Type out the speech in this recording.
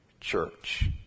church